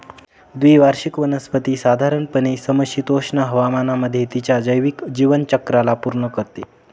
द्विवार्षिक वनस्पती साधारणपणे समशीतोष्ण हवामानामध्ये तिच्या जैविक जीवनचक्राला पूर्ण करते